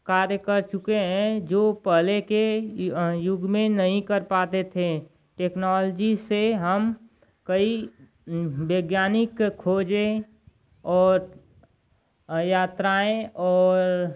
कार्य कर चुके हैं जो पहले के युग में नही कर पाते थे टेक्नॉलजी से हम कई वैज्ञानिक खोजे और यात्राएँ और